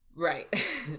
Right